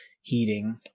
heating